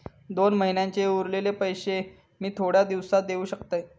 दोन महिन्यांचे उरलेले पैशे मी थोड्या दिवसा देव शकतय?